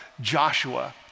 Joshua